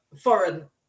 foreign